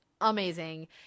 amazing